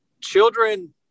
children